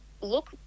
look